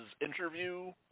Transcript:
interview